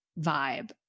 vibe